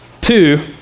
Two